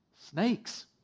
snakes